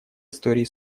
истории